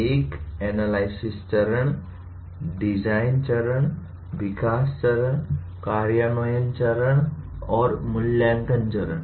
एक एनालिसिस चरण डिजाइन चरण विकास चरण कार्यान्वयन चरण और मूल्यांकन चरण